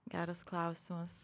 geras klausimas